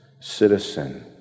citizen